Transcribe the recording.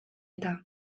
eta